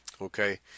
Okay